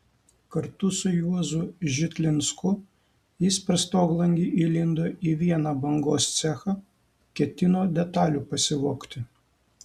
kartu su juozu žitlinsku jis per stoglangį įlindo į vieną bangos cechą ketino detalių pasivogti